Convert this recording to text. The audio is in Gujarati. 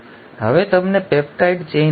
હવે તમને પેપ્ટાઇડ ચેઇન મળી છે